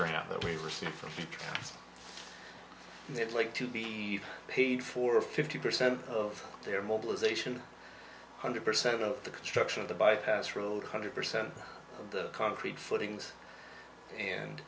around that we receive from it like to be paid for fifty percent of their mobilization hundred percent of the construction of the bypass road hundred percent of the concrete footings and